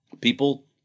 People